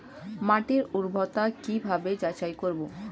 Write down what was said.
মাটির উর্বরতা কি ভাবে যাচাই করব?